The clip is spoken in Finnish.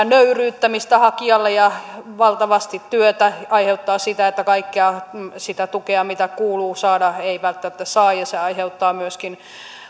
nöyryyttämistä hakijalle ja valtavasti työtä aiheuttaa sitä että kaikkea sitä tukea mitä kuuluu saada ei välttämättä saa ja se aiheuttaa myöskin